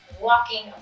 walking